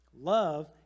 Love